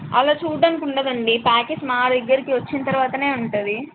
అలా చూడటానికి ఉండదు అండి ప్యాకేజ్ మా దగ్గరకి వచ్చిన తరువాతనే ఉంటుంది